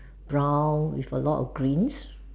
brown with a lot of green